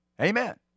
Amen